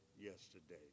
yesterday